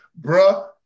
Bruh